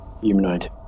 Humanoid